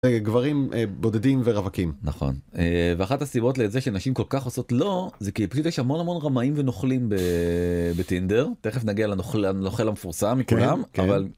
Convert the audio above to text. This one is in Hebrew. גברים בודדים ורווקים. נכון. ואחת הסיבות לזה שנשים כל כך עושות לא, זה כי פשוט יש המון המון רמאים ונוכלים בטינדר, תכף נגיע לנוכל המפורסם מכולם, אבל